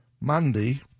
Monday